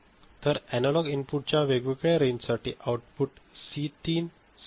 तर एनालॉग इनपुटच्या वेगवेगळ्या व्होल्टेज रेंजसाठी आउटपुट सी 3 सी 2 सी 1 काय असेल